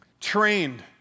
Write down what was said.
trained